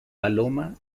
paloma